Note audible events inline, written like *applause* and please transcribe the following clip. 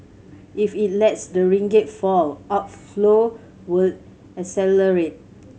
if it lets the ringgit fall outflow will *unintelligible*